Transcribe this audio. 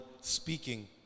speaking